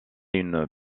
une